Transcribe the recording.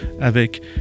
avec